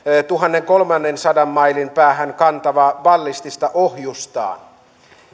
tuhannenkolmensadan mailin päähän kantavaa ballistista ohjustaan